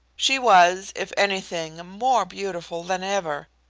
she was, if anything, more beautiful than ever,